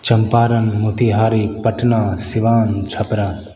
Champaran Motihari Patna Siwan Chhapra